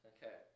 Okay